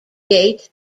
date